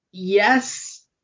Yes